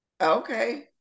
okay